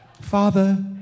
Father